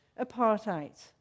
apartheid